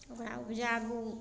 ओकरा उपजाबु